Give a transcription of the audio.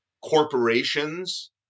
corporations